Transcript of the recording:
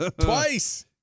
Twice